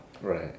Right